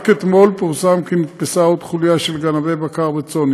רק אתמול פורסם כי נתפסה עוד חוליה של גנבי בקר וצאן.